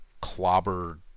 clobber